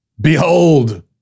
Behold